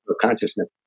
consciousness